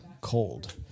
cold